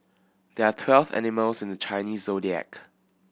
there are twelve animals in the Chinese Zodiac